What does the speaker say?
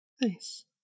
Nice